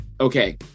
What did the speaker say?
okay